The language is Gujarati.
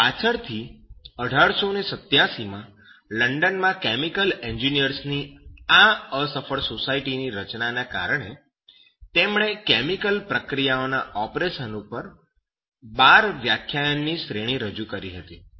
પાછળથી 1887 માં લંડન માં કેમિકલ એન્જિનિયર્સ ની આ અસફળ સોસાયટીની રચનાને કારણે તેમણે કેમિકલ પ્રક્રિયાઓના ઓપરેશન પર 12 વ્યાખ્યાનની શ્રેણી રજૂ કરી હતી